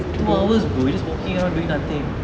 two hours bro we just walking around doing nothing